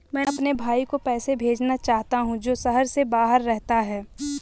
मैं अपने भाई को पैसे भेजना चाहता हूँ जो शहर से बाहर रहता है